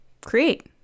create